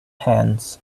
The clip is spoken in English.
hands